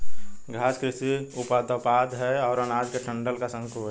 घास कृषि उपोत्पाद है और अनाज के डंठल का शंकु है